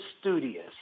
studious